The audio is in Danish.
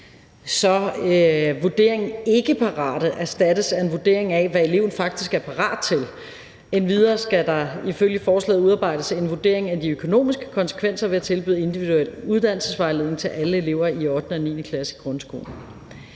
så vurderingen »ikke parat« erstattes af vurdering af, hvad eleven faktisk er parat til. Endvidere skal der ifølge forslaget udarbejdes en vurdering af de økonomiske konsekvenser ved at tilbyde individuel uddannelsesvejledning til alle elever i ottende og niende klasse i grundskolen.